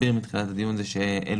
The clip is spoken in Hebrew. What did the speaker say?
הנחיות.